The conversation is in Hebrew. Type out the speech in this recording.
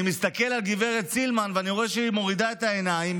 אני מסתכל על גב' סילמן ואני רואה שהיא מורידה את העיניים,